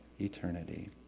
eternity